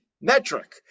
metric